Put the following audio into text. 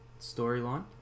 storyline